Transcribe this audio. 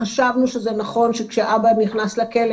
חשבנו שזה נכון שכשאבא נכנס לכלא,